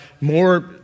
more